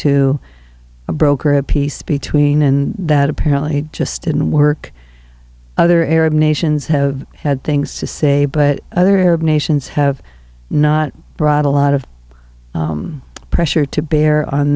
to broker a peace between and that apparently just didn't work other arab nations have had things to say but other arab nations have not brought a lot of pressure to bear on